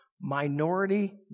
minority